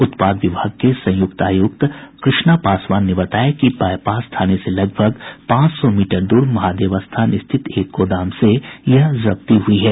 उत्पाद विभाग के संयुक्त आयुक्त कृष्णा पासवान ने बताया कि बाईपास थाने से लगभग पांच सौ मीटर दूर महादेव स्थान स्थित एक गोदाम से यह जब्ती हुई है